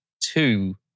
two